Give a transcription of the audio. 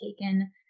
taken